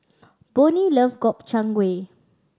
Bonnie love Gobchang Gui